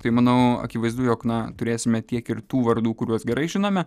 tai manau akivaizdu jog na turėsime tiek ir tų vardų kuriuos gerai žinome